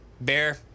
bear